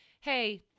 Hey